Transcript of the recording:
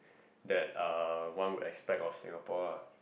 that uh one would expect of Singapore ah